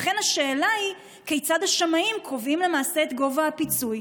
לכן השאלה היא כיצד השמאים קובעים למעשה את גובה הפיצוי,